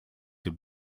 have